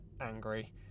angry